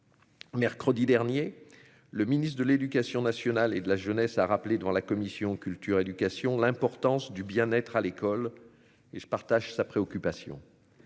mercredi dernier le ministre de l'Éducation nationale et de la jeunesse, a rappelé devant la commission Culture éducation l'importance du bien-être à l'école et je partage sa préoccupation,